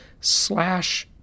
slash